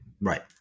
right